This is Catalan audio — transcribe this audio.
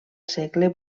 segle